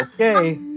Okay